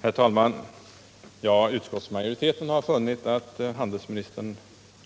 Herr talman! Utskottsmajoriteten har funnit att handelsministern